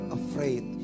afraid